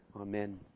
Amen